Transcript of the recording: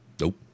nope